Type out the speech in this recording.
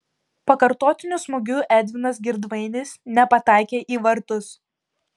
pakartotiniu smūgiu edvinas girdvainis nepataikė į vartus